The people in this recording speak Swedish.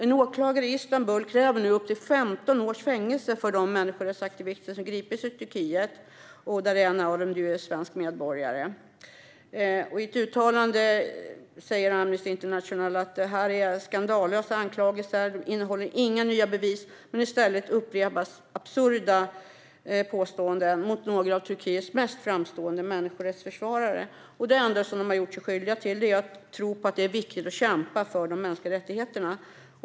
En åklagare i Istanbul kräver nu upp till 15 års fängelse för de människorättsaktivister som gripits i Turkiet. En av dessa är ju svensk medborgare. I ett uttalande säger Amnesty International att dessa anklagelser är skandalösa och inte innehåller några nya bevis samt att absurda påståenden riktade mot några av Turkiets mest framträdande människorättsförsvarare upprepas. Det enda dessa personer har gjort sig skyldiga till är att tro på att det är viktigt att kämpa för mänskliga rättigheter.